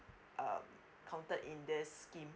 um counted in this scheme